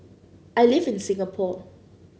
I live in Singapore